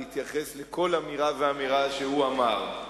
להתייחס לכל אמירה ואמירה שהוא אמר.